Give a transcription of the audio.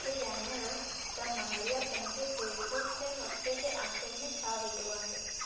मूंखे ॼाणायो त मारिया पंहिंजे फेसबुक ते हफ़्ते जे आख़िरि में छा विधो आहे